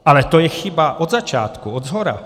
Ale to je chyba od začátku, odshora.